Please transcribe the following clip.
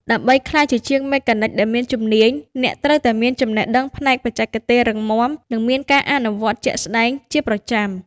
ដើម្បីក្លាយជាជាងមេកានិកដែលមានជំនាញ អ្នកត្រូវតែមានចំណេះដឹងផ្នែកបច្ចេកទេសរឹងមាំ និងមានការអនុវត្តជាក់ស្តែងជាប្រចាំ។